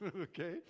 okay